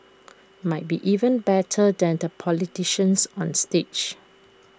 might be even better than the politicians on stage